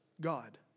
God